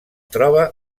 troba